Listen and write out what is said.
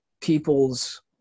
people's